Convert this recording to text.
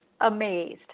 amazed